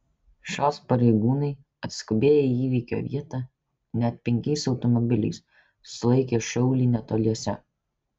šios pareigūnai atskubėję į įvykio vietą net penkiais automobiliais sulaikė šaulį netoliese